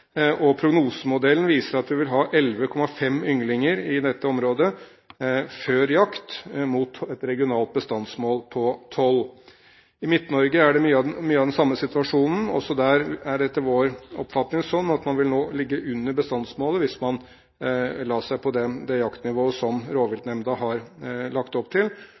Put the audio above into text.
og prognosemodellen viser at vi vil ha 11,5 ynglinger i dette området før jakt, mot et regionalt bestandsmål på 12. I Midt-Norge er det mye av den samme situasjonen. Også der er det etter vår oppfatning sånn at man nå vil ligge under bestandsmålet hvis man legger seg på det jaktnivået som rovviltnemnda har lagt opp til.